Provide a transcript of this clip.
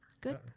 Good